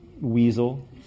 weasel